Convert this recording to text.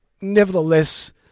nevertheless